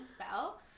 spell